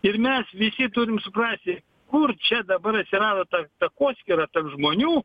ir mes visi turim suprasti kur čia dabar atsirado ta takoskyra tarp žmonių